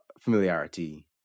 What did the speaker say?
familiarity